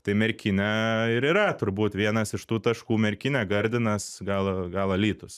tai merkinė ir yra turbūt vienas iš tų taškų merkinė gardinas gal gal alytus